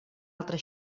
altra